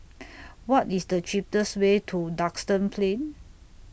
What IS The cheapest Way to Duxton Plain